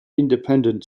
independent